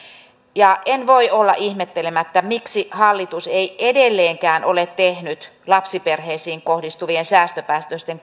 en voi olla ihmettelemättä miksi hallitus ei edelleenkään ole tehnyt lapsiperheisiin kohdistuvien säästöpäätösten